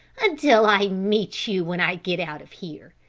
until i meet you when i get out of here,